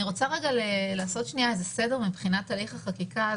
אני רוצה לעשות סדר מבחינת הליך החקיקה,